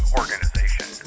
organization